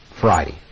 Friday